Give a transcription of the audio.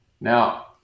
now